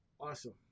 Awesome